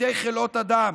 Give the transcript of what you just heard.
בידי חלאות אדם,